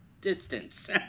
distance